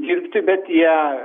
dirbti bet jie